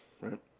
Right